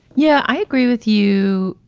yeah, i agree with you,